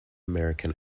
american